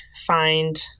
find